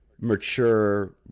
mature